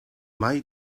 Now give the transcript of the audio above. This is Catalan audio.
mai